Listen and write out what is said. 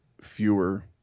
fewer